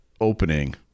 opening